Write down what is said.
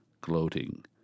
gloating